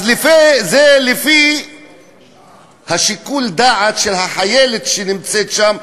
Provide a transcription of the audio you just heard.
אז זה לפי שיקול הדעת של החיילת שנמצאת שם.